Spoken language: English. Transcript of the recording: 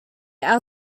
our